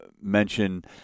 mention